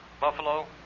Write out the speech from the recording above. Buffalo